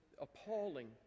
appalling